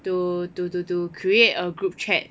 to to to to create a group chat